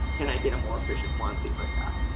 can i get a more efficient one? things like that.